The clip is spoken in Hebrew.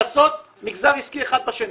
לשסות מגזר עסקי אחד בשני.